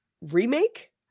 remake